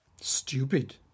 Stupid